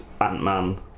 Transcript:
Ant-Man